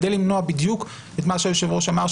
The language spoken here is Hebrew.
כדי למנוע בדיוק את מה שהיושב-ראש אמר,